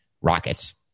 Rockets